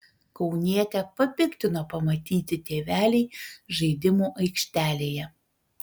kaunietę papiktino pamatyti tėveliai žaidimų aikštelėje